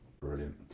Brilliant